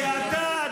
כי אתה,